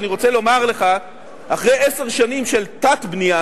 אני רוצה לומר שאחרי עשר שנים של תת-בנייה,